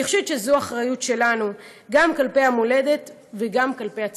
אני חושבת שזו אחריות שלנו גם כלפי המולדת וגם כלפי עצמנו.